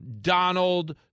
Donald